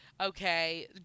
Okay